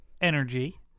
energy